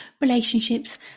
relationships